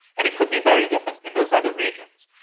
and it could be very different in those other regions.